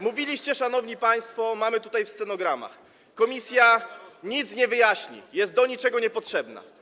Mówiliście, szanowni państwo, mamy tutaj w stenogramach, że komisja nic nie wyjaśni, że do niczego nie jest potrzebna.